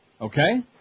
Okay